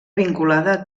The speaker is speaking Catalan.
vinculada